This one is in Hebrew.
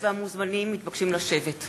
חברי הכנסת והמוזמנים מתבקשים לשבת.